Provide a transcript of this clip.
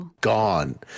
gone